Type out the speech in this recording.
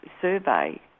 survey